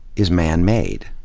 is manmade.